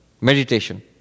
meditation